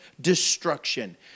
destruction